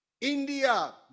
India